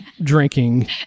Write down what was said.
drinking